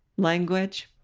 language?